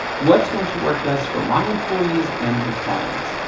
what's going to work best for my employees and my clients?